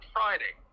Friday